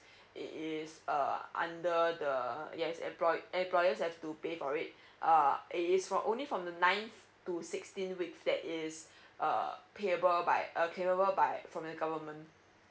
it is uh under the yes employ~ employers have to pay for it err it is for only from the ninth to sixteen week that is err payable by uh claimable by from the government